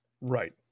Right